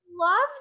love